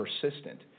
persistent